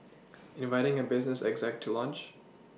inviting a business exec to lunch